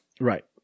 Right